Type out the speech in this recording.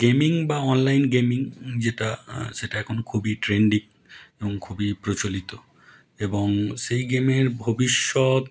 gaming বা online gaming যেটা সেটা এখন খুবই ট্রেন্ডি এবং খুবই প্রচলিত এবং সেই গেমের ভবিষ্যৎ